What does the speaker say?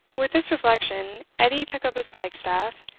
with this reflection, edie took up his pike-staff,